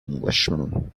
englishman